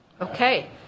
Okay